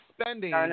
spending